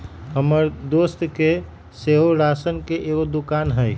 हमर दोस के सेहो राशन के एगो दोकान हइ